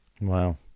Wow